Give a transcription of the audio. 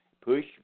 push